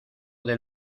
del